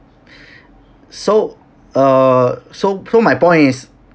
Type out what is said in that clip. so err so so my point is